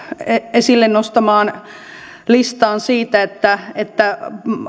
esille nostamaan listaan siitä että että